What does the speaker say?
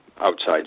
outside